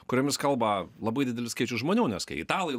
kuriomis kalba labai didelis skaičius žmonių nes kai italai